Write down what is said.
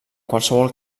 qualsevol